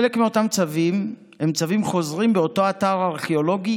חלק מאותם צווים הם צווים חוזרים באותו אתר ארכיאולוגי,